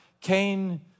Cain